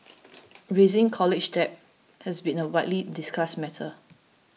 rising college debt has been a widely discussed matter